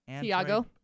Tiago